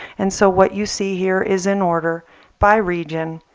and so what you see here is in order by region,